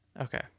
Okay